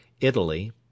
Italy